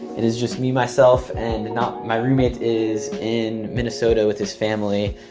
it is just me, myself and not my roommate is in minnesota with his family.